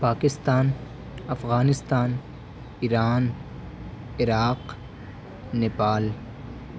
Pakistan Afghanistan Iran Iraq Nepal